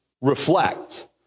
reflect